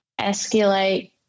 escalate